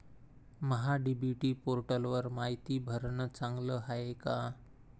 महा DBT पोर्टलवर मायती भरनं चांगलं हाये का?